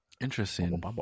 Interesting